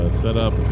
setup